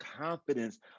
confidence